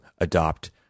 adopt